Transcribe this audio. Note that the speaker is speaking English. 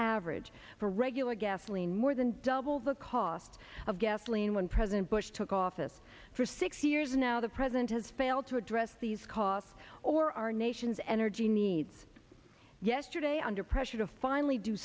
average for regular gasoline more than double the cost of gasoline when president bush took office for six years now the president has failed to address these costs or our nation's energy needs yesterday under pressure to finally do